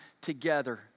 together